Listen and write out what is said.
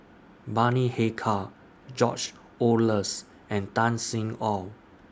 Bani Haykal George Oehlers and Tan Sin Aun